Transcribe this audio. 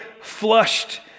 flushed